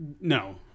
No